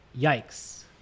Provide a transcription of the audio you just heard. Yikes